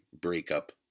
breakup